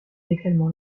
également